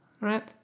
Right